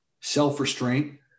self-restraint